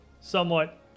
somewhat